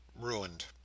Ruined